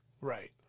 right